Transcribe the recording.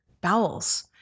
bowels